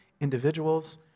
individuals